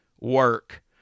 work